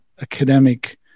academic